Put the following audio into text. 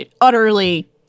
utterly